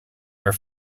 are